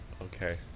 okay